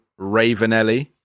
Ravenelli